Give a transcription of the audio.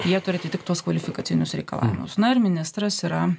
jie turi atitikti tuos kvalifikacinius reikalavimus na ir ministras yra